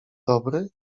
dobry